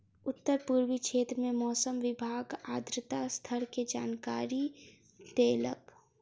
उत्तर पूर्वी क्षेत्र में मौसम विभाग आर्द्रता स्तर के जानकारी देलक